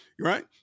right